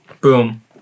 Boom